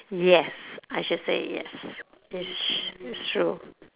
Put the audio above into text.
yes I should say yes it's it's true